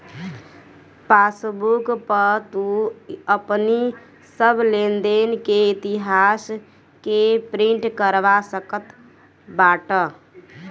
passbook पअ तू अपनी सब लेनदेन के इतिहास के प्रिंट करवा सकत बाटअ